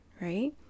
Right